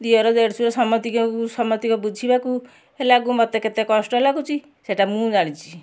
ଦିଅର ଦେଢ଼ଶୁର ସମସ୍ତିକଙ୍କୁ ସମସ୍ତିକ ବୁଝିବାକୁ ହେଲାକୁ ମୋତେ କେତେ କଷ୍ଟ ଲାଗୁଛି ସେଇଟା ମୁଁ ଜାଣିଛି